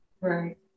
Right